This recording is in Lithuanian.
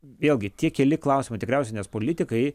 vėlgi tie keli klausimai tikriausiai nes politikai